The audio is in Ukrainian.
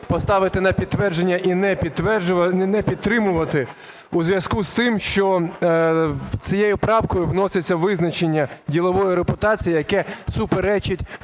поставити на підтвердження і не підтримувати у зв'язку із тим, що цією правкою вноситься визначення ділової репутації, яке суперечить